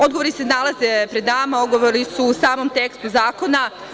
Odgovori se nalaze pred nama, odgovori su u samom tekstu zakona.